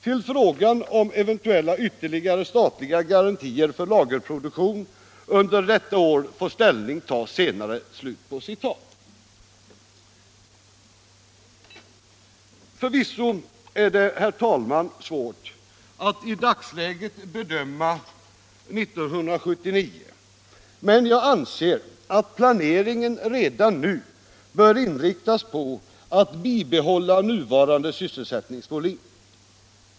Till frågan om eventuella ytterligare statliga garantier för lagerproduktion under detta år får ställning tas senare.” Förvisso är det, herr talman, svårt att i dagsläget bedöma 1979. Men jag anser att planeringen redan nu bör inriktas på att bibehålla nuvarande sysselsättningsvolym.